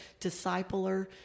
discipler